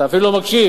אתה אפילו לא מקשיב,